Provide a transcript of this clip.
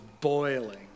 boiling